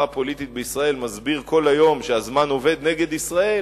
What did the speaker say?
הפוליטית בישראל מסביר כל היום שהזמן עובד נגד ישראל,